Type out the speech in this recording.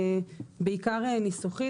בעיקר ניסוחית,